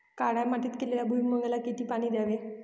काळ्या मातीत केलेल्या भुईमूगाला किती पाणी द्यावे?